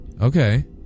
Okay